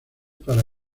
para